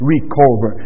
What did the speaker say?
Recover